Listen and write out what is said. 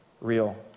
real